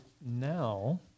now